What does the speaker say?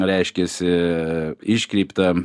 reiškiasi iškreiptą